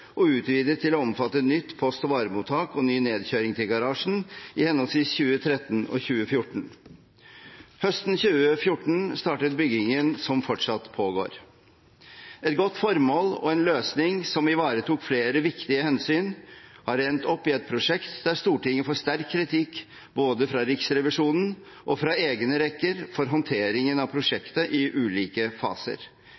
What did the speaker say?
og utvidet til å omfatte nytt post- og varemottak og ny nedkjøring til garasjen i henholdsvis 2013 og 2014. Høsten 2014 startet byggingen som fortsatt pågår. Et godt formål og en løsning som ivaretok flere viktige hensyn, har endt opp i et prosjekt der Stortinget får sterk kritikk både fra Riksrevisjonen og fra egne rekker for håndteringen av